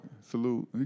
Salute